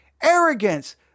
arrogance